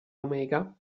omega